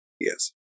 Yes